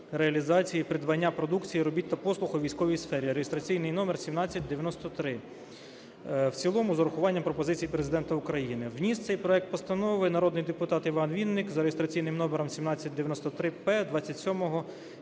реалізації, придбання продукції, робіт та послуг у військовій сфері" (реєстраційний номер 1793), в цілому з урахуванням пропозицій Президента України. Вніс цей проект постанови народний депутат Іван Вінник за реєстраційним номером 1793-П 27